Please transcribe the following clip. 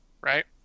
right